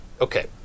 Okay